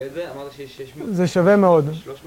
איזה? אמרת שיש 600. זה שווה מאוד.